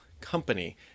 company